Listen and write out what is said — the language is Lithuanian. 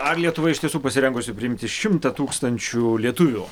ar lietuva iš tiesų pasirengusi priimti šimtą tūkstančių lietuvių